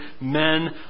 men